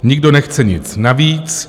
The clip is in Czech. Nikdo nechce nic navíc.